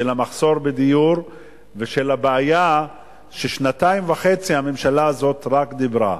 המחסור בדיור ואת הבעיה ששנתיים וחצי הממשלה הזאת רק דיברה,